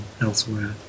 elsewhere